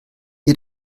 ihr